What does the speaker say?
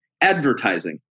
advertising